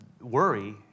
worry